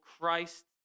Christ